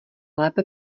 lépe